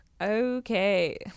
Okay